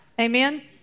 Amen